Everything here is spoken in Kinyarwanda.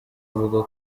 avuga